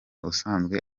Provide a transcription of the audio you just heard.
usanzwe